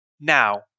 Now